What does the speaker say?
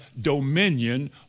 dominion